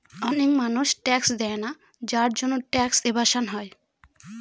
অনেক মানুষ ট্যাক্স দেয়না যার জন্যে ট্যাক্স এভাসন হয়